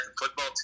football